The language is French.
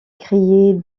crier